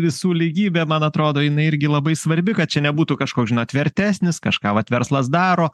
visų lygybė man atrodo jinai irgi labai svarbi kad čia nebūtų kažkoks žinot vertesnis kažką vat verslas daro